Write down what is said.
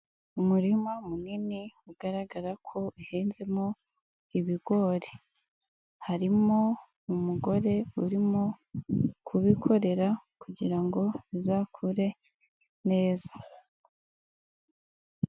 Umurima munini ugaragara ko uhinzemo ibigori, harimo umugore urimo kubikorera kugira ngo bizakure neza.